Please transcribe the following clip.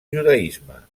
judaisme